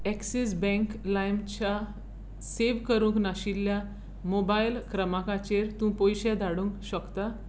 axis bank लायमच्या save करूंक नाशिल्ल्या मोबायल क्रमांकांचेर तूं पयशे धाडूंक शकता